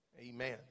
Amen